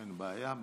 אין בעיה.